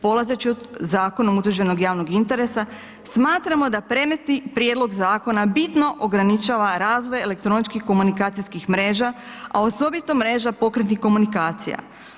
Polazeći od zakonom utvrđenog javnog interesa, smatramo da predmetni prijedlog zakona bitno ograničava razvoj elektroničko-komunikacijskih mreža a osobito mreža pokretnih komunikacija.